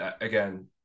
again